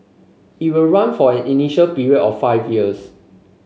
it will run for an initial period of five years